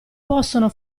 possono